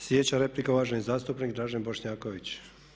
Sljedeća replika, uvaženi zastupnik Dražen Bošnjaković.